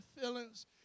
feelings